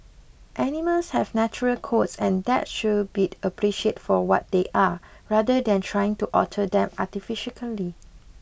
animals have natural coats and that should be appreciate for what they are rather than trying to alter them artificially